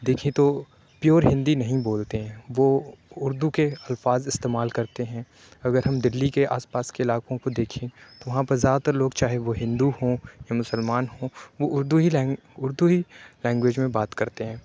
دیکھیں تو پیور ہندی نہیں بولتے ہیں وہ اُردو کے الفاظ استعمال کرتے ہیں اگر ہم دلّی کے آس پاس کے علاقوں کو دیکھیں تو وہاں پر زیادہ تر لوگ چاہے وہ ہندو ہوں یا مسلمان ہوں وہ اُردو ہی اُردو ہی لینگویج میں بات کرتے ہیں